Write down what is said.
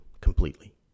completely